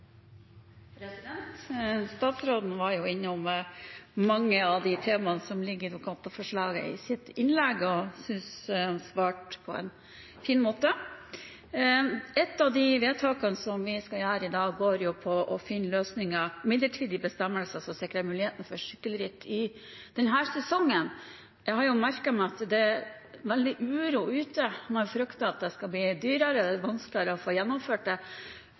Statsråden var innom mange av de temaene som ligger i Dokument 8-forslaget i sitt innlegg, og jeg synes han svarte på en fin måte. Et av de vedtakene som vi skal gjøre i dag, går på å finne løsninger, midlertidige bestemmelser som sikrer muligheten for sykkelritt i denne sesongen. Jeg har merket meg at det er veldig uro ute, man frykter det skal bli dyrere og vanskeligere å få gjennomført.